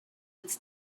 its